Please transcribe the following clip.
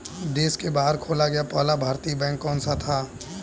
देश के बाहर खोला गया पहला भारतीय बैंक कौन सा था?